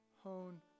hone